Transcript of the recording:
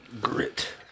Grit